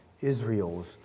Israel's